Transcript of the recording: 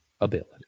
ability